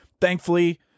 Thankfully